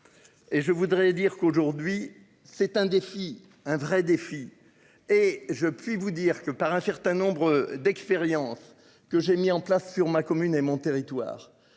Et je voudrais dire qu'aujourd'hui c'est un défi, un vrai défi et je puis vous dire que par un certain nombre d'expériences que j'ai mis en place sur ma commune et mon territoire,